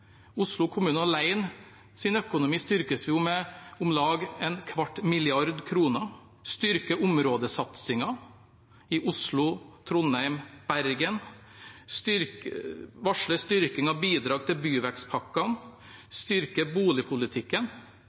økonomi alene styrkes med om lag en kvart milliard kroner. Vi styrker områdesatsingen i Oslo, Trondheim og Bergen. Vi varsler styrking av bidrag til byvekstpakkene. Vi styrker boligpolitikken.